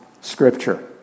scripture